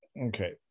Okay